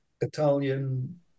Italian